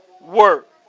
work